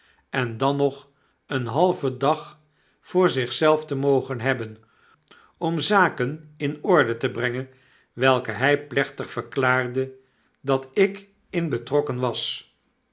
en dan nog een halven dag voor zich zelf te mogen hebben om zaken in orde te brengen welke hrj plechtig verklaarde dat ik in betrokken was